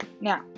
Now